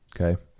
Okay